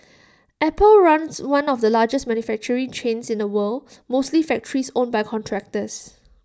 apple runs one of the largest manufacturing chains in the world mostly factories owned by contractors